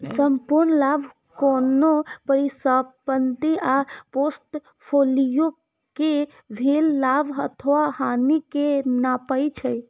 संपूर्ण लाभ कोनो परिसंपत्ति आ फोर्टफोलियो कें भेल लाभ अथवा हानि कें नापै छै